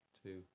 two